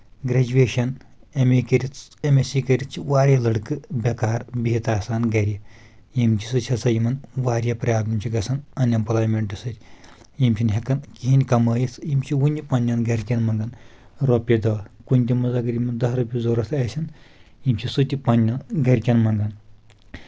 graduation امے کٔرِتھ M S C کٔرِتھ چھِ واریاہ لڑکہٕ بیکار بِہتھ آسان گرِ ییٚمہِ سۭتٮۍ یِمن واریاہ پرابلم چھِ گژھان ان ایمپٔلویمینٹہ سۭتۍ یِم چھِنہٕ ہؠکان کہیٖنۍ کمٲوِتھ یِم چھِ وُنہِ پننؠن گرِکؠن منٛز رۄپیٚیہِ دہ کُنہِ کہِ منٛز اگر یِم دہ رۄپیٚیہِ ضوٚرتھ آسن یِم چھِ سُہ تہِ پنٕنؠن گرِکؠن منٛگان